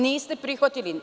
Niste prihvatili.